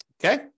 Okay